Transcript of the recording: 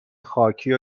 خاکی